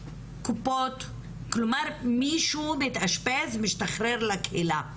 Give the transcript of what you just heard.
כלומר, מישהו מתאשפז, משתחרר לקהילה.